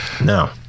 No